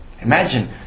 Imagine